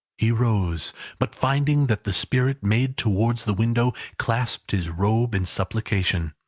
he rose but finding that the spirit made towards the window, clasped his robe in supplication.